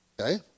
okay